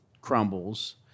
crumbles